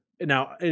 Now